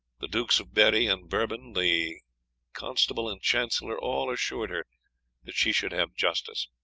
the dukes of berri and bourbon, the constable and chancellor, all assured her that she should have justice